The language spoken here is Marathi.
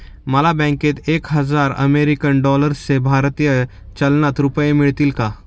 मला बँकेत एक हजार अमेरीकन डॉलर्सचे भारतीय चलनात रुपये मिळतील का?